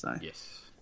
Yes